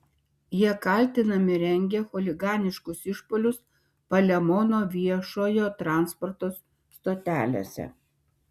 jie kaltinami rengę chuliganiškus išpuolius palemono viešojo transporto stotelėse